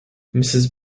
mrs